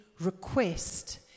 request